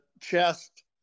chest